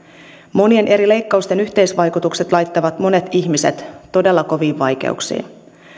monien eri leikkausten yhteisvaikutukset laittavat monet ihmiset todella koviin vaikeuksiin